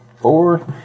four